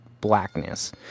blackness